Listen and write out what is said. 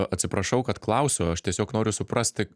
atsiprašau kad klausiu aš tiesiog noriu suprasti